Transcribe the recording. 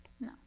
No